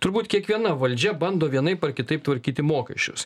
turbūt kiekviena valdžia bando vienaip ar kitaip tvarkyti mokesčius